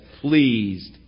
pleased